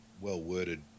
well-worded